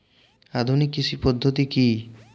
আধুনিক কৃষি পদ্ধতি কী?